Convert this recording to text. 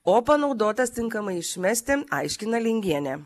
o panaudotas tinkamai išmesti aiškina lingienė